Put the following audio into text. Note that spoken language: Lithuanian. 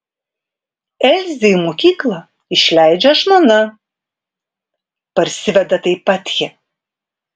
elzę į mokyklą išleidžia žmona parsiveda taip pat ji